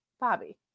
Bobby